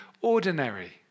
ordinary